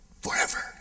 forever